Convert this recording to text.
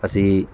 ਅਸੀਂ